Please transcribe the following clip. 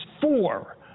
four